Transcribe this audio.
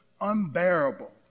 unbearable